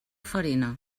farina